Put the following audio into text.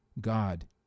God